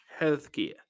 healthcare